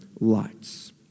lights